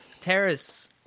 Terrace